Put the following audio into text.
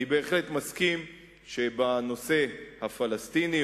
אני בהחלט מסכים שבנושא הפלסטיני,